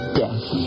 death